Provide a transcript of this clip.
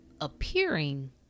appearing